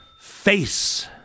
face